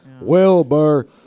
Wilbur